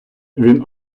він